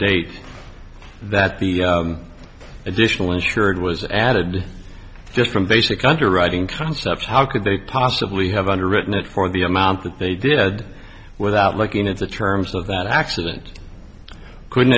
date that the additional insured was added to from basic underwriting concepts how could they possibly have underwritten it for the amount that they did without looking at the terms of that accident couldn't